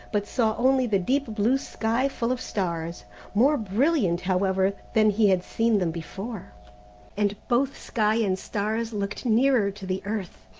but saw only the deep blue sky full of stars more brilliant, however, than he had seen them before and both sky and stars looked nearer to the earth.